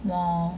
more